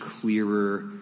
clearer